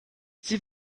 sie